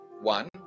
One